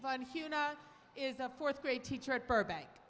but here now is the fourth grade teacher at burbank